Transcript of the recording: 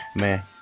Man